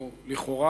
לכאורה,